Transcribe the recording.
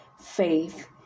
faith